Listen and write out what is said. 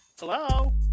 hello